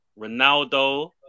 Ronaldo